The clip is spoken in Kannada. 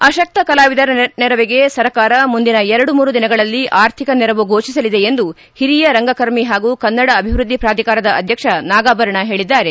ಅಶಕ್ತ ಕಲಾವಿದರ ನೆರವಿಗೆ ಸರ್ಕಾರ ಮುಂದಿನ ಎರಡು ಮೂರು ದಿನಗಳಲ್ಲಿ ಆರ್ಥಿಕ ನೆರವು ಘೋಷಿಸಲಿದೆ ಎಂದು ಹಿರಿಯ ರಂಗಕರ್ಮಿ ಹಾಗೂ ಕನ್ನಡ ಅಭಿವ್ಯದ್ಲಿ ಪ್ರಾಧಿಕಾರದ ಅಧ್ಯಕ್ಷ ನಾಗಾಭರಣ ಹೇಳಿದ್ದಾರೆ